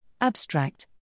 Abstract